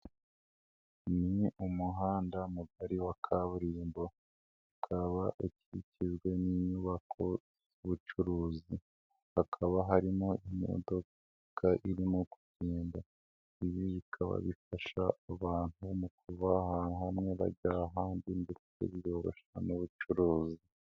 Ni umuhanda mugari wa kaburimbo akaba ukikijwe n'inyubako z'ubucuruzi, hakaba harimo imodoka irimo kugenda, ibi bikaba bifasha abantu mu kuva ahantu hamwe bajya ahandi ndetse biroroshya n'ubucuruzi.